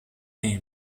est